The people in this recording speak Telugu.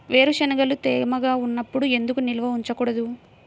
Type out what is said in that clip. వేరుశనగలు తేమగా ఉన్నప్పుడు ఎందుకు నిల్వ ఉంచకూడదు?